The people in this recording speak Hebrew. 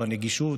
הנגישות,